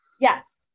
Yes